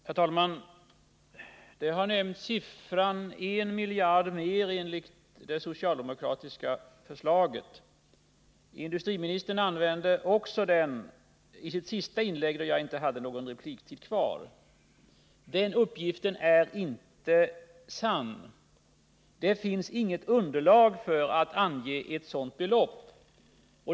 Herr talman! Det har nämnts att det socialdemokratiska förslaget skulle kosta en miljard mer — industriministern använde den siffran också i sitt sista inlägg, när jag inte hade någon repliktid kvar. Den uppgiften är inte sann. Det finns inget underlag för ett sådant belopp.